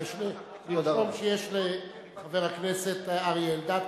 תרשום שיש לחבר הכנסת אריה אלדד,